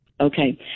Okay